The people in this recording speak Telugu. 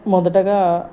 మొదటగా